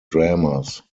dramas